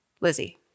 Lizzie